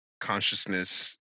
consciousness